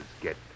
get